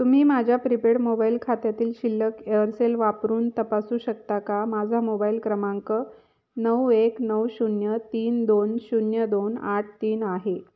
तुम्ही माझ्या prepaid mobile खात्यातील शिल्लक एअरसेल वापरून तपासू शकता का माझा मोबाईल क्रमांक नऊ एक नऊ शून्य तीन दोन शून्य दोन आठ तीन आहे